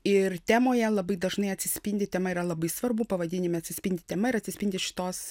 ir temoje labai dažnai atsispindi tema yra labai svarbu pavadinime atsispindi tema ir atsispindi šitos